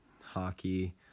Hockey